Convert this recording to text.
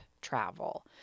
travel